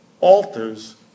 alters